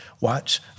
Watch